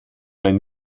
mein